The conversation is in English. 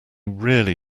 really